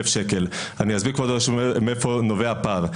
שקל אני אסביר לכבודו מאיפה נובע הפער.